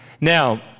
Now